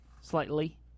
Slightly